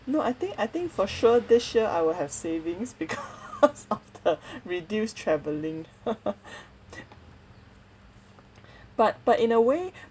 no I think I think for sure this year I will have savings because of the reduced travelling but but in a way